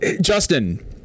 justin